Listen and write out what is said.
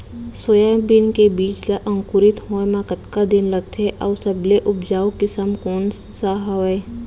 Soybean के बीज ला अंकुरित होय म कतका दिन लगथे, अऊ सबले उपजाऊ किसम कोन सा हवये?